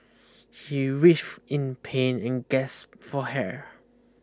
he writhed in pain and gasped for hair